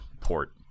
port